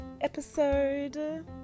episode